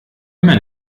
immer